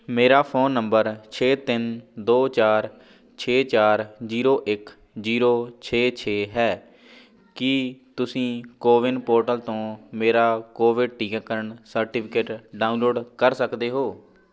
ਮੇਰਾ phone number ਛੇ ਤਿੰਨ ਦੋ ਚਾਰ ਛੇ ਚਾਰ ਜੀਰੋ ਇੱਕ ਜੀਰੋ ਛੇ ਛੇ ਹੈ ਕੀ ਤੁਸੀਂ ਕੋਵਿਨ ਪੋਰਟਲ ਤੋਂ ਮੇਰਾ ਕੋਵਿਡ ਟੀਕਾਕਰਨ ਸਰਟੀਫਿਕੇਟ ਡਾਊਨਲੋਡ ਕਰ ਸਕਦੇ ਹੋ